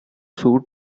suit